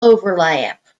overlap